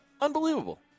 unbelievable